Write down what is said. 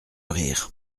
rire